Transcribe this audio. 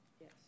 Yes